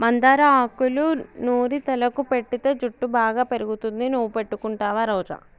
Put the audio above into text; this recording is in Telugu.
మందార ఆకులూ నూరి తలకు పెటితే జుట్టు బాగా పెరుగుతుంది నువ్వు పెట్టుకుంటావా రోజా